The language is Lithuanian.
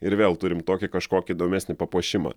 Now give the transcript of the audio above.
ir vėl turim tokį kažkokį įdomesnį papuošimą